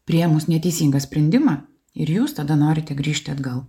priėmus neteisingą sprendimą ir jūs tada norite grįžti atgal